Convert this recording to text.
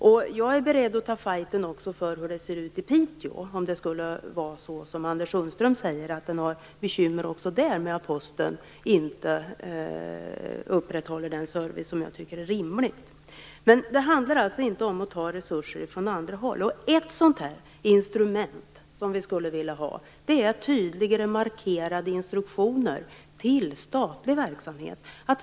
Jag är också beredd att ta en fight för förhållandena i Piteå, om det skulle vara så som Anders Sundström säger, att man också där har bekymmer med att Posten inte upprätthåller en service som kan vara rimlig. Men det handlar inte om att ta resurser från andra håll. Ett instrument som vi skulle vilja ha är tydligare markerade instruktioner till statlig verksamhet.